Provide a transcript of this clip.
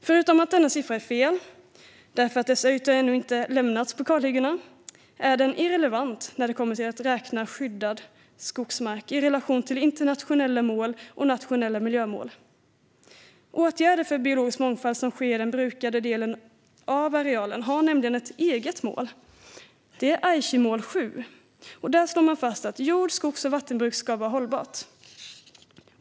Förutom att denna siffra är fel, eftersom dessa hänsyn inte ännu tagits på kalhyggena, är den irrelevant när det kommer till att räkna skyddad skogsmark i relation till internationella mål och nationella miljömål. Åtgärder för biologisk mångfald som sker i den brukade delen av arealen har nämligen ett eget mål, Aichimål 7, som slår fast att jord-, skogs och vattenbruk ska vara hållbart.